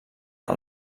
del